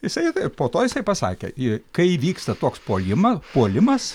jisai po to jisai pasakė i kai įvyksta toks puolima puolimas